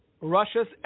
Russia's